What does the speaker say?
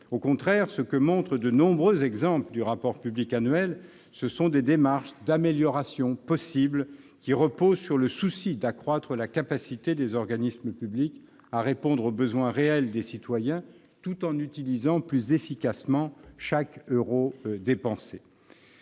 Au contraire, ce que montrent de nombreux exemples figurant dans le rapport public annuel, ce sont des démarches d'amélioration possible qui reposent sur le souci d'accroître la capacité des organismes publics à répondre aux besoins réels des citoyens tout en utilisant plus efficacement chaque euro dépensé.